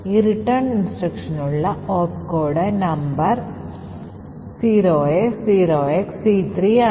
ഈ റിട്ടേൺ ഇൻസ്ട്രക്ഷനുള്ള OPCODE mumber 0x0XC3 ആണ്